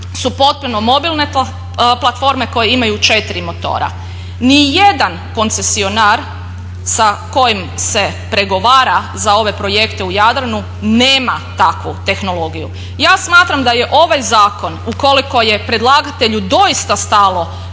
su potpuno platforme koje imaju 4 motora. Ni jedan koncesionar sa kojim se pregovara za ove projekte u Jadranu nema takvu tehnologiju. Ja smatram da je ovaj zakon ukoliko je predlagatelju doista stalo